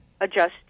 adjust